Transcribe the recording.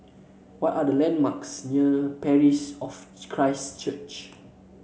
what are the landmarks near Parish of Christ Church